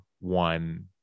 one